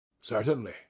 Certainly